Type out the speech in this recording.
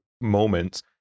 moments